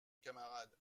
camarade